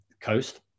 coast